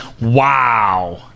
Wow